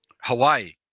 Hawaii